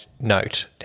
note